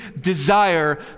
desire